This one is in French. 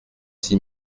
six